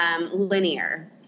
linear